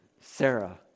Sarah